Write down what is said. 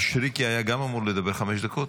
מישרקי גם היה אמור לדבר חמש דקות,